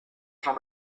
jean